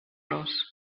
los